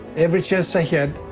every chance i can,